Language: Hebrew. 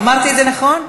אמרתי את זה נכון?